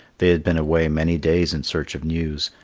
they had been away many days in search of news,